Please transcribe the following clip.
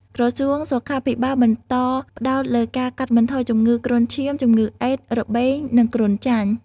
ក្រសួងសុខាភិបាលបន្តផ្តោតលើការកាត់បន្ថយជំងឺគ្រុនឈាម ជំងឺអេដស៍ របេង និងគ្រុនចាញ់។